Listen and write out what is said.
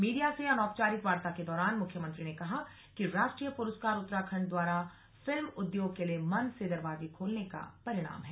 media से अनौपचारिक वार्ता के दौरान मुख्यमंत्री ने कहा कि राष्ट्रीय पुरस्कार उत्तराखण्ड द्वारा फिल्म उद्योग के लिए मन से दरवाजे खोलने का परिणाम है